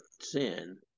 sin